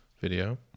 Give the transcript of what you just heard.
video